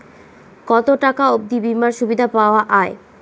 কত টাকা অবধি বিমার সুবিধা পাওয়া য়ায়?